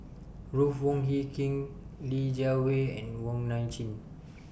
Ruth Wong Hie King Li Jiawei and Wong Nai Chin